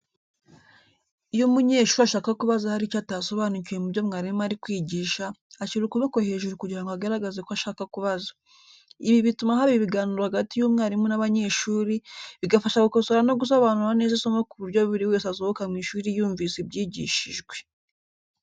Iyo umunyeshuri ashaka kubaza hari icyo atasobanukiwe mubyo mwarimu ari kwigisha, ashyira ukuboko hejuru kugira ngo agaragaze ko ashaka kubaza. Ibi bituma haba ibiganiro hagati y'umwarimu n'abanyeshuri, bigafasha gukosora no gusobanura neza isomo ku buryo buri wese asohoka mu ishuri yumvise ibyigishijwe.